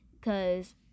cause